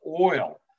oil